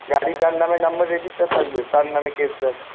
গাড়ি যার নামে নম্বর রেজিস্টার থাকবে তার নামে কেস যাবে